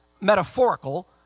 metaphorical